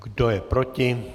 Kdo je proti?